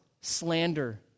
slander